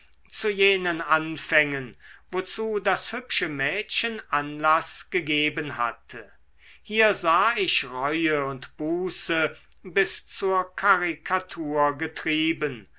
zu jenen anfängen wozu das hübsche mädchen anlaß gegeben hatte hier sah ich reue und buße bis zur karikatur getrieben